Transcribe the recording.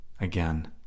again